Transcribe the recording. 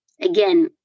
again